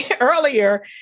Earlier